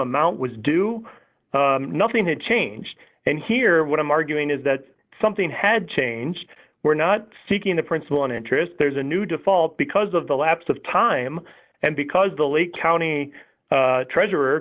amount was do nothing had changed and here what i'm arguing is that something had changed we're not seeking the principle on interest there's a new default because of the lapse of time and because the lake county treasurer